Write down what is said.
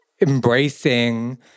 embracing